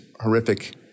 horrific